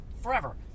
forever